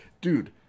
dude